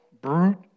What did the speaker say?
brute